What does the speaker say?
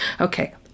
Okay